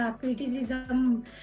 criticism